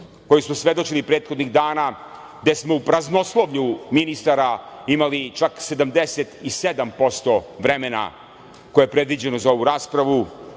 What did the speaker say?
kojoj smo svedočili prethodnih dana, gde smo u praznoslovlju ministara imali čak 77% vremena koje je predviđeno za ovu raspravu,